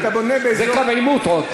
וזה עוד קו עימות.